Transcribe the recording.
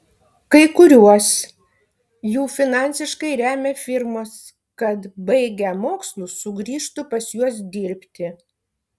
kai kuriuos jų finansiškai remia firmos kad baigę mokslus sugrįžtų pas juos dirbti